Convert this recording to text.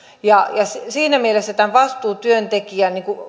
siinä mielessä tämän vastuutyöntekijän